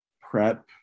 prep